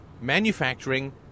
manufacturing